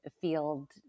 field